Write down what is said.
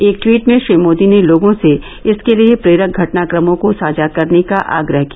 एक ट्वीट में श्री मोदी ने लोगों से इसके लिए प्रेरक घटनाक्रमों को साझा करने का आग्रह किया